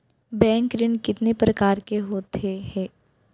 Bank ऋण कितने परकार के होथे ए?